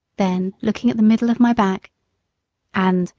then looking at the middle of my back and,